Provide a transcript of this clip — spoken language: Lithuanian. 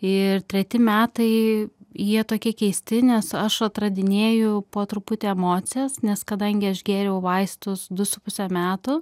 ir treti metai jie tokie keisti nes aš atradinėju po truputį emocijas nes kadangi aš gėriau vaistus du su puse metų